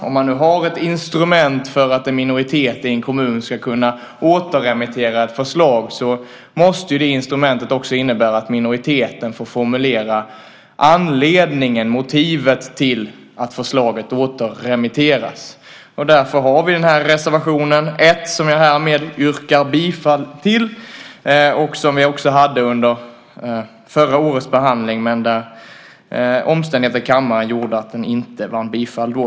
Om man nu har ett instrument för att en minoritet i en kommun ska kunna återremittera ett förslag måste det instrumentet också innebära att minoriteten får formulera anledningen, motivet, till att förslaget återremitteras. Därför har vi reservation 1, som jag härmed yrkar bifall till. En likadan reservation hade vi också under förra årets behandling, men omständigheter i kammaren gjorde att den inte vann bifall då.